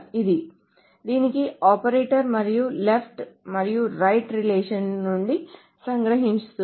ఇది దీనికి ఆపరేటర్ మరియు ఇది లెఫ్ట్ మరియు రైట్ రిలేషన్ ల నుండి సంగ్రహిస్తుంది